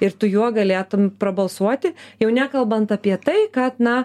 ir tu juo galėtum prabalsuoti jau nekalbant apie tai kad na